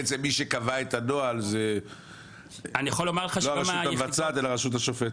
בעצם מי שקבע את הנוהל זאת לא הרשות המבצעת אלא הרשות השופטת.